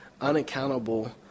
unaccountable